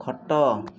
ଖଟ